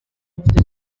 mfite